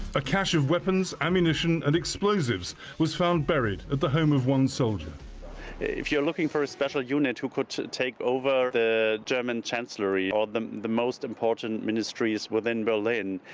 a cache of weapons, ammunition and explosives was found buried at the home of one so if you're looking for a special unit who could take over the german chancellory or the the most important ministries within berlin,